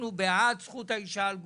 אנחנו בעד זכות האישה על גופה,